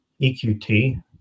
eqt